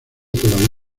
todavía